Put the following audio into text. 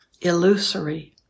illusory